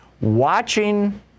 watching